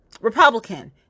Republican